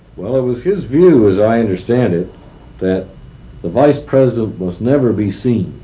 well, it was his view as i understand it that the vice president must never be seen.